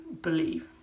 believe